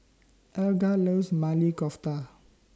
Eliga loves Maili Kofta